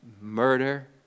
murder